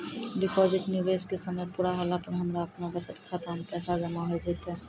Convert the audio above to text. Deposit निवेश के समय पूरा होला पर हमरा आपनौ बचत खाता मे पैसा जमा होय जैतै?